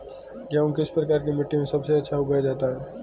गेहूँ किस प्रकार की मिट्टी में सबसे अच्छा उगाया जाता है?